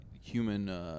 Human